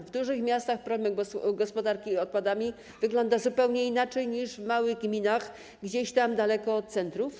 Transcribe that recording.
W dużych miastach problem gospodarki odpadami wygląda zupełnie inaczej niż w małych gminach, gdzieś tam daleko od centrów.